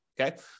okay